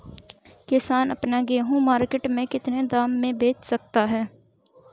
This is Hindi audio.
किसान अपना गेहूँ मार्केट में कितने दाम में बेच सकता है?